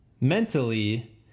mentally